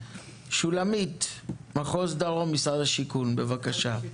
שולמית, מחוז דרום, משרד השיכון, בבקשה.